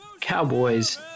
Cowboys